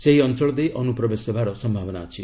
ସେହି ଅଞ୍ଚଳ ଦେଇ ଅନୁପ୍ରବେଶ ହେବାର ସମ୍ଭାବନା ଅଛି